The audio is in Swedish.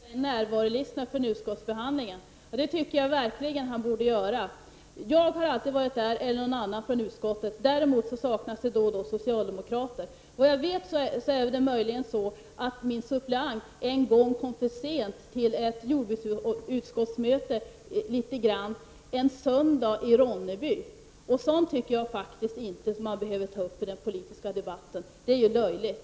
Fru talman! Håkan Strömberg tycker att vi skall titta i närvarolistorna från utskottsbehandlingen. Det tycker jag verkligen att han borde göra. Jag eller någon annan från mitt parti har alltid varit där. Däremot saknas det då och då socialdemokrater. Såvitt jag vet kom min suppleant möjligen litet grand för sent till ett jordbruksutskottsmöte en gång, en söndag i Ronneby. Sådant tycker jag faktiskt inte att man behöver ta upp i den politiska debatten. Det är löjligt.